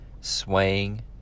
swaying